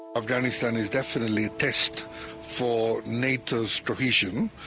afghanistan is definitely test for nato's cohesion.